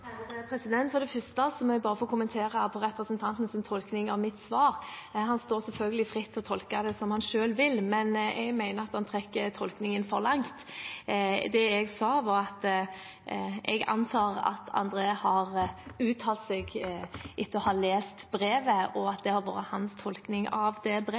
For det første må jeg kommentere representanten Sivertsens tolkning av mitt svar. Han står selvfølgelig fritt til å tolke det som han selv vil, men jeg mener at han trekker tolkningen for langt. Det jeg sa, var at jeg antar at André N. Skjelstad har uttalt seg etter å ha lest brevet, og at det var hans tolkning av det